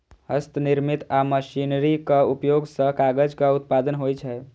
हस्तनिर्मित आ मशीनरीक उपयोग सं कागजक उत्पादन होइ छै